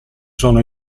sono